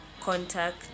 contact